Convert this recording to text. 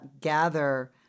gather